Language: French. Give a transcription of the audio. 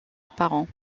apparent